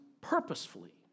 purposefully